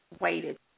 waited